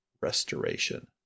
restoration